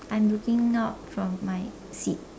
I'm looking out from my seat